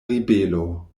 ribelo